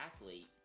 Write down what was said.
athlete